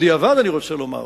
בדיעבד, אני רוצה לומר